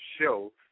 show